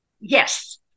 Yes